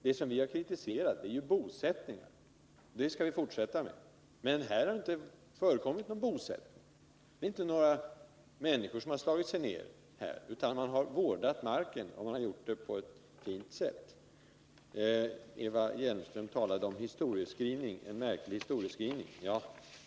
Vad vi har kritiserat är ju bosättningarna, och det skall vi fortsätta med. Men här har inte förekommit någon bosättning, här har inte några människor slagit sig ned, utan man har vårdat marken, och man har gjort det på ett fint sätt. Eva Hjelmström talade om en märklig historieskrivning.